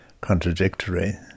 contradictory